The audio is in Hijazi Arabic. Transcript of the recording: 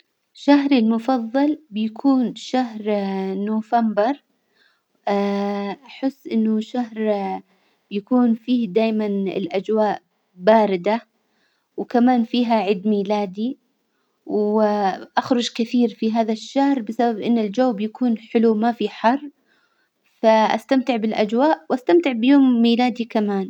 شهري المفظل بيكون شهر نوفمبر أحس إنه شهر يكون فيه دايما الأجواء باردة، وكمان فيها عيد ميلادي، وأخرج كثير في هذا الشهر بسبب إن الجو بيكون حلو ما في حر، فأستمتع بالأجواء وأستمتع بيوم ميلادي كمان.